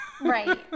Right